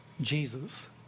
Jesus